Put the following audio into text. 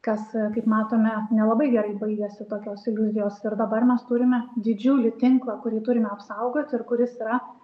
kas kaip matome nelabai gerai baigėsi tokios iliuzijos ir dabar mes turime didžiulį tinklą kurį turime apsaugoti ir kuris yra